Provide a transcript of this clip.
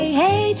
hey